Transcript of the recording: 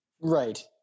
Right